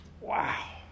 Wow